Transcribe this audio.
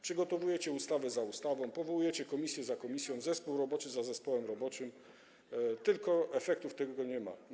Przygotowujecie ustawę za ustawą, powołujecie komisję za komisją, zespół roboczy za zespołem roboczym, tylko efektów tego nie ma.